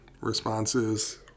responses